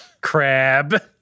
crab